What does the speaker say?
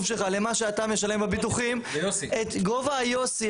שלך למה שאתה משלם בביטוחים את גובה היוסי,